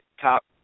top